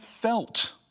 felt